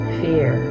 fear